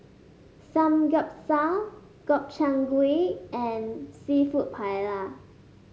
Samgyeopsal Gobchang Gui and seafood Paella